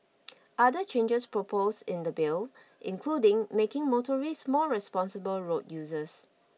other changes proposed in the Bill include making motorists more responsible road users